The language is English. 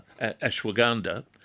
ashwagandha